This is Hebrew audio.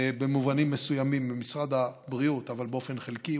ובמובנים מסוימים במשרד הבריאות, אבל באופן חלקי.